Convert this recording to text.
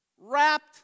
wrapped